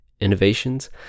innovations